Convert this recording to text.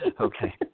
Okay